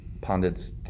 pundits